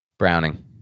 Browning